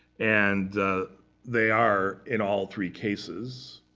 and they are, in all three cases,